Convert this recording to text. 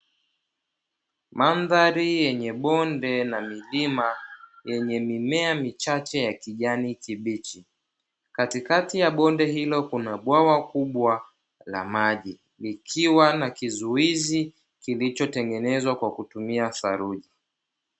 Mandhari yenye bonde na milima yenye mimea michache ya kijani kibichi, katikati ya bonde hilo kuna bwawa kubwa la maji, likiwa na kizuizi kilichotengenezwa kwa kutumia saruji.